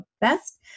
best